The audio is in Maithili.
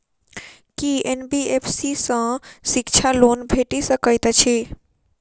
की एन.बी.एफ.सी सँ शिक्षा लोन भेटि सकैत अछि?